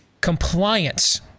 compliance